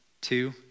two